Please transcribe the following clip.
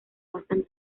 bastan